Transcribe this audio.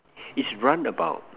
is run about